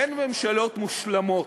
אין ממשלות מושלמות,